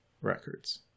records